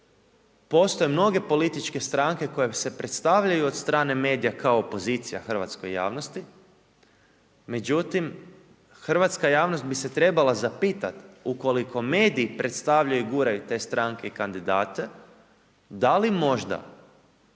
postoje mnoge političke stranke koje se predstavljaju od strane medija kao opozicija hrvatskoj javnosti, međutim hrvatska javnost bi se trebala zapitat, ukoliko mediji predstavljaju i guraju te stranke i kandidate da li možda